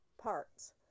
parts